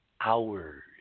hours